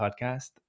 podcast